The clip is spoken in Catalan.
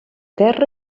terra